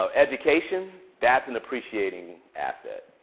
um education that's an appreciating asset.